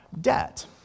debt